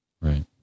Right